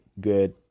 good